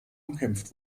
umkämpft